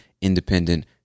independent